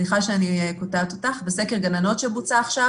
סליחה שאני קוטעת אותך שבוצע עכשיו